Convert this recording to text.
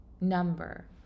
number